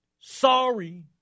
Sorry